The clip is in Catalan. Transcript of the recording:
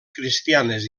cristianes